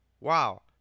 Wow